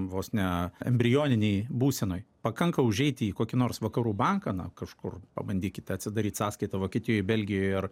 vos ne embrioninėj būsenoj pakanka užeiti į kokį nors vakarų banką na kažkur pabandykit atsidaryt sąskaitą vokietijoj belgijoj ar